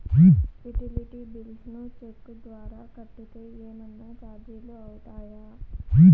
Utility bills ను cheque ద్వారా కట్టితే ఏమన్నా చార్జీలు అవుతాయా?